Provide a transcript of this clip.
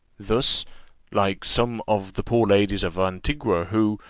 thus like some of the poor ladies of antigua, who,